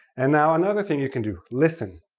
and now another thing you can do listen,